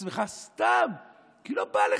עצמך סתם כי לא בא לך.